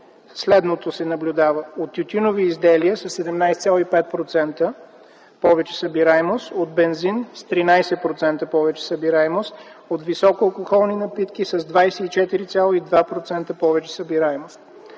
следното. От тютюневи изделия със 17,5% повече събираемост, от бензин с 13% повече събираемост, от високо алкохолни напитки с 24,2% повече събираемост.